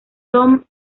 tom